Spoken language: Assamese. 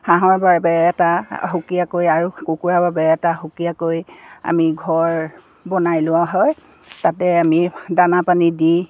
হাঁহৰ বাবে এটা সুকীয়াকৈ আৰু কুকুৰাৰ বাবে এটা সুকীয়াকৈ আমি ঘৰ বনাই লোৱা হয় তাতে আমি দানা পানী দি